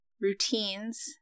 routines